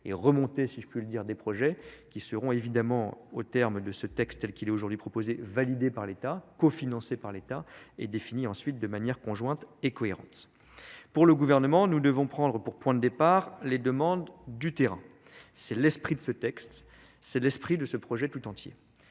et remonter si je puis le dire des les projets qui seront évidemment au terme de ce texte tel qu'il est aujourd'hui proposé validé par l'état cofinancé par l'état et défini ensuite de manière conjointe et cohérente pour le gouvernement, nous devons prendre pour point de départ les demandes du terrain, c'est l'esprit de ce texte, c'est l'esprit de ce projet, tout entier.